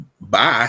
bye